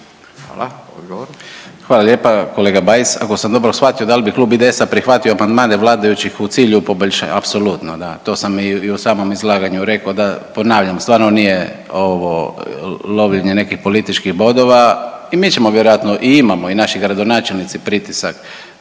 (IDS)** Hvala lijepa kolega Bajs. Ako sam dobro shvatio, da li bi Klub IDS-a prihvatio amandmane vladajućih u cilju .../nerazumljivo/... apsolutno da, to sam i u samom izlaganju rekao da, ponavljam, stvarno nije ovo lovljenje nekih političkih bodova i mi ćemo vjerojatno i imamo i naši gradonačelnici pritisak